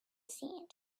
sand